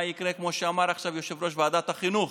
כמו שאמר עכשיו יושב-ראש ועדת החינוך: